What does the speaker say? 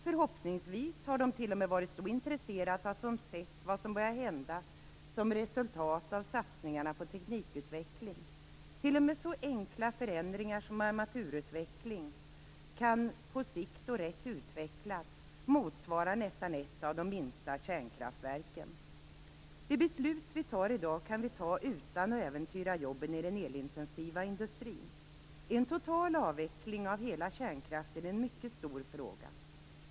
Förhoppningsvis har de t.o.m. blivit så intresserade att de sett vad som börjat hända som resultat av satsningarna på teknikutveckling. T.o.m. så enkla förändringar som armaturutveckling kan på sikt rätt utvecklad motsvara nästan ett de minsta kärnkraftverken. Det beslut vi fattar i dag kan vi fatta utan att äventyra jobben i den elintensiva industrin. En total avveckling av hela kärnkraften är en mycket stor fråga.